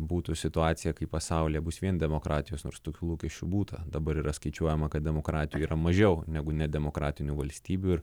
būtų situaciją kai pasaulyje bus vien demokratijos nors tokių lūkesčių būta dabar yra skaičiuojama kad demokratijų yra mažiau negu nedemokratinių valstybių ir